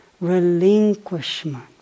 relinquishment